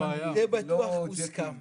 זה בטוח מוסכם.